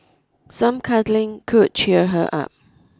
some cuddling could cheer her up